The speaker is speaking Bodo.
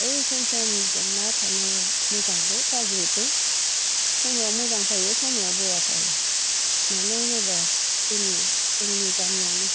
ओइ सम सम जेंना थानायाव मोजांबो गाज्रिबो समयआव मोजां फैयो समयआव बेया फैयो मानो होनोबा जोंनि गामियावनो